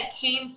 came